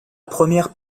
première